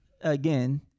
again